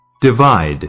Divide